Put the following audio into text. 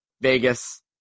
Vegas